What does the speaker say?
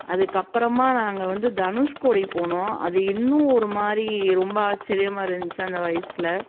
அதுக்கப்புறமா நாங்கள் வந்து தனுஷ்கோடி போனோம் அது இன்னும் ஒரு மாதிரி ரொம்ப ஆச்சிரியமாக இருந்துச்சு அந்த வயசில்